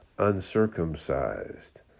Uncircumcised